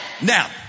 Now